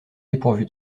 dépourvu